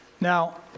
Now